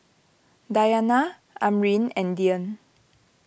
Dayana Amrin and Dian